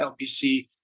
LPC